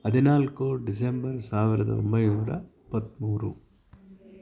ಹದಿನಾಲ್ಕು ಡಿಸೆಂಬರ್ ಸಾವಿರದ ಒಂಬೈನೂರ ಇಪ್ಪತ್ತ್ಮೂರು